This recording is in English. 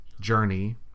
Journey